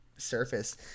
Surface